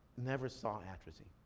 never saw atrazine.